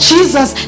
Jesus